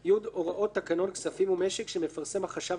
הוראות תקנון כספים ומשק שמפרסם החשב הכללי,